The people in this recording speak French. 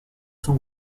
son